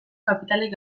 kapitalek